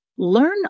Learn